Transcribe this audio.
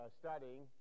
studying